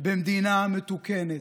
במדינה מתוקנת.